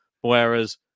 Whereas